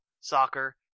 soccer